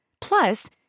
Plus